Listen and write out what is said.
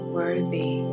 worthy